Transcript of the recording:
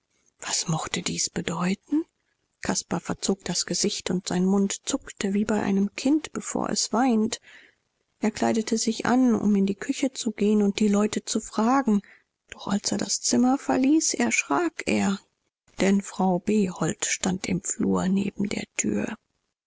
was mochte dies bedeuten caspar verzog das gesicht und sein mund zuckte wie bei einem kind bevor es weint er kleidete sich an um in die küche zu gehen und die leute zu fragen doch als er das zimmer verließ erschrak er denn frau behold stand im flur neben der tür